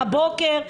הבוקר,